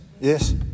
Yes